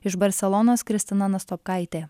iš barselonos kristina nastopkaitė